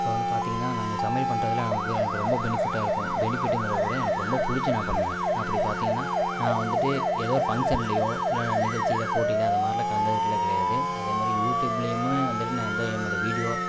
இப்போ வந்து பார்த்தீங்கன்னா நாங்கள் சமையல் பண்ணுறதுல எனக்கு ரொம்ப பெனிஃபிட்டாக இருக்கும் பெனிஃபிட்டுங்கிறகூட எனக்கு ரொம்ப பிடிச்சு நான் பண்ணுவேன் அப்படி பார்த்தீங்கன்னா நான் வந்துட்டு ஏதோ ஒரு ஃபங்ஷன்லையோ இல்ல நிகழ்ச்சியில் போட்டியில் அதை மாதிரிலாம் கலந்துக்கிட்டதுலாம் கிடையாது அதேமாதிரி யூடியூப்லயுமு வந்துட்டு நான் எந்த என்னோடய வீடியோ